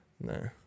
no